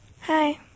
Hi